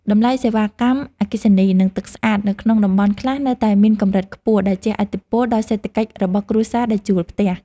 តម្លៃសេវាកម្មអគ្គិសនី និងទឹកស្អាតនៅក្នុងតំបន់ខ្លះនៅតែមានកម្រិតខ្ពស់ដែលជះឥទ្ធិពលដល់សេដ្ឋកិច្ចរបស់គ្រួសារដែលជួលផ្ទះ។